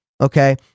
Okay